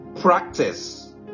practice